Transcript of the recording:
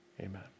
Amen